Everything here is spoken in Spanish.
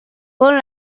con